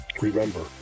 Remember